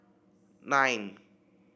nine